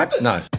No